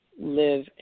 live